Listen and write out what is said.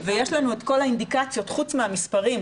ויש לנו את כל האינדיקציות חוץ מהמספרים,